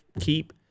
keep